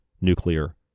nuclear